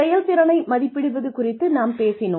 செயல்திறனை மதிப்பிடுவது குறித்து நாம் பேசினோம்